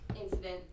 incident